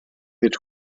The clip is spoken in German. mit